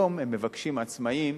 היום הם מבקשים, עצמאים,